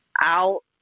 out